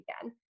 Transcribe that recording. again